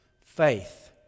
faith